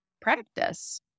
practice